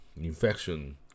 infection